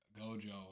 Gojo